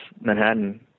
Manhattan